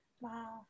wow